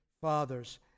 fathers